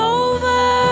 over